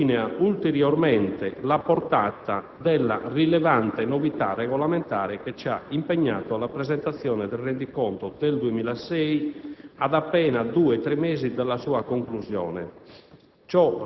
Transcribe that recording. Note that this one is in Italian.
sottolinea ulteriormente la portata della rilevante novità regolamentare che ci ha impegnato alla presentazione del rendiconto del 2006 ad appena due-tre mesi dalla sua conclusione.